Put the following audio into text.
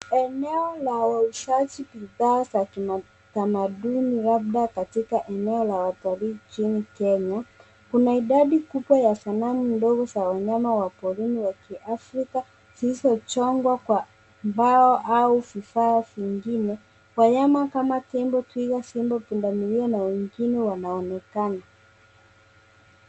Eneo la wauzaji bidhaa za kitamaduni, labda katika eneo la watalii nchini Kenya. Kuna idadi kubwa ya sanamu ndogo za wanyama wa porini wa kiafrica, zilizochongwa kwa mbao au vifaa vingine. Wanyama kama tembo, twiga, simba, pundamilia, na wengine wanaonekana.